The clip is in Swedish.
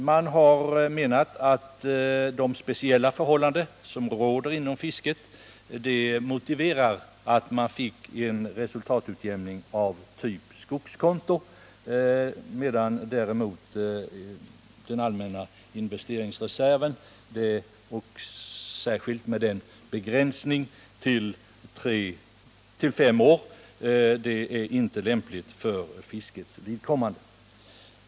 Man har menat att de speciella förhållanden som råder inom fisket motiverar en sådan form av resultatutjämning, medan däremot den allmänna investeringsreserven, särskilt med begränsningen till fem år, inte är lämplig för fiskarna.